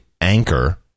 anchor